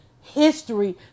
history